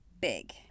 big